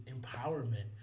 empowerment